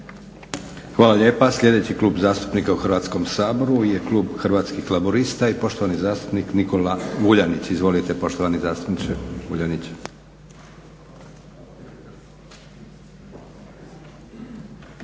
Hvala lijepa. Sljedeći klub zastupnika u Hrvatskom saboru je Klub Hrvatskih laburista i poštovani zastupnik Nikola Vuljanić. Izvolite poštovani zastupniče Vuljanić.